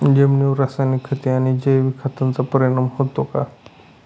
जमिनीवर रासायनिक खते आणि जैविक खतांचा परिणाम होतो का?